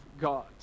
God